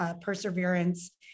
perseverance